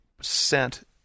sent